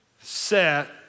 set